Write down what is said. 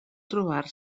trobar